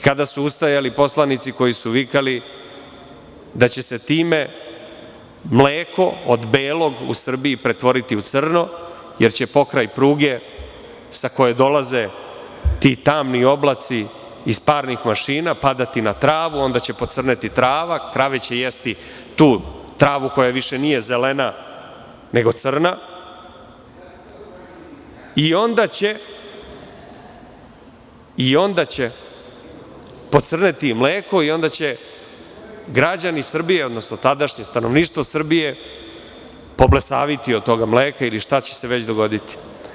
Kada su ustajali poslanici koji su vikali da će se time mleko od belog pretvoriti u Srbiji u crno, jer će pokraj pruge, sa koje dolaze ti tamni oblaci iz parnih mašina padati na travu, onda će pocrneti trava, krave će jesti tu travu koja više nije zelena nego crna, i onda će pocrneti i mleko, i onda će građani Srbije, odnosno tadašnje stanovništvo Srbije, poblesaviti od tog mleka, ili šta će se već dogoditi.